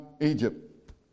Egypt